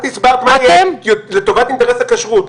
את הצבעת מה יהיה לטובת אינטרס הכשרות,